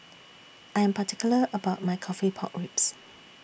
I Am particular about My Coffee Pork Ribs